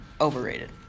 Overrated